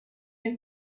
his